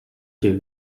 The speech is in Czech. těch